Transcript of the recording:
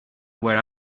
where